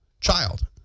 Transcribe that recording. child